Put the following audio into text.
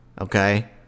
Okay